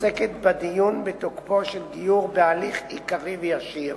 עוסקת בדיון בתוקפו של גיור בהליך עיקרי וישיר,